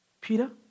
Peter